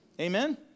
Amen